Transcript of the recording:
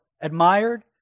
admired